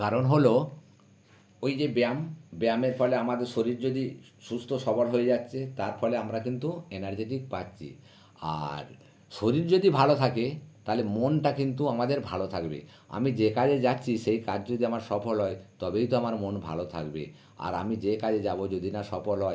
কারণ হলো ওই যে ব্যায়াম ব্যায়ামের ফলে আমাদের শরীর যদি সুস্থ সবল হয়ে যাচ্ছে তার ফলে আমরা কিন্তু এনারজেটিক পাচ্ছি আর শরীর যদি ভালো থাকে তালে মনটা কিন্তু আমাদের ভালো থাকবে আমি যে কাজে যাচ্ছি সেই কাজ যদি আমার সফল হয় তবেই তো আমার মন ভালো থাকবে আর আমি যে কাজে যাবো যদি না সফল হয়